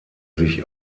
sich